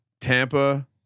Tampa